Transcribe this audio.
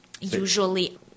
Usually